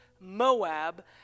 Moab